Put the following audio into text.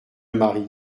mari